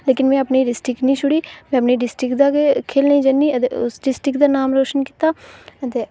लेकिन में अपनी डिस्ट्रिक्ट निं छुड़ी ते अपनी डिस्ट्रिक्ट दा गै खेल्लने गी जन्नी ते उस डिस्ट्रिक्ट दा गै नाम रोशन कीता ते